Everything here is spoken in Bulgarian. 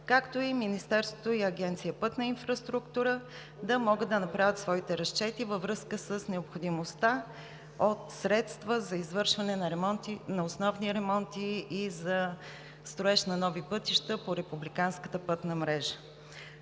както и Министерството и Агенция „Пътна инфраструктура“ да могат да направят своите разчети във връзка с необходимостта от средства за извършване на основни ремонти и за строеж на нови пътища по републиканската пътна мрежа.